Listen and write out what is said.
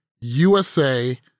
USA